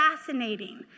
fascinating